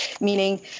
meaning